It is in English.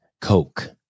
coke